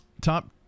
Top